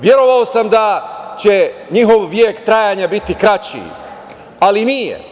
Verovao sam da će njih vek trajanja biti kraći, ali nije.